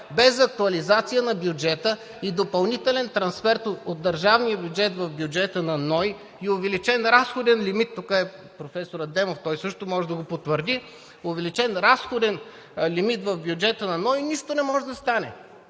без актуализация на бюджета и допълнителен трансфер от държавния бюджет в бюджета на НОИ – тук е професор Адемов, той също може да го потвърди – и увеличен разходен лимит в бюджета на НОИ, нищо не може да стане!